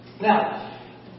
Now